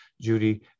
Judy